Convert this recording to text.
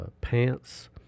pants